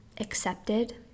accepted